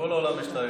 בכל העולם יש.